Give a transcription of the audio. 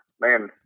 Man